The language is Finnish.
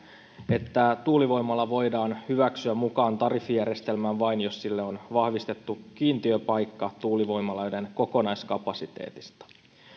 että tuulivoimala voidaan hyväksyä mukaan tariffijärjestelmään vain jos sille on vahvistettu kiintiöpaikka tuulivoimaloiden kokonaiskapasiteetista